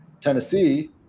Tennessee